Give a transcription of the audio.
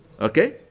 okay